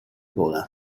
gola